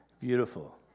Beautiful